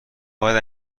باید